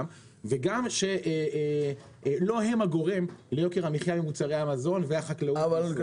וגם לא הם הגורם ליוקר המחיה במוצרי המזון והחקלאות בישראל.